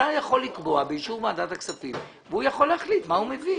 השר יכול לקבוע באישור ועדת הכספים והוא יכול להחליט מה הוא מביא.